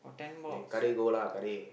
then Kadir go lah Kadir